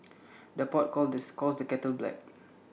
the pot calls the score the kettle black